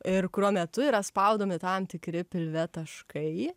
ir kurio metu yra spaudomi tam tikri pilve taškai